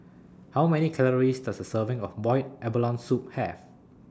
How Many Calories Does A Serving of boiled abalone Soup Have